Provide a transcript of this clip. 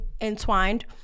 entwined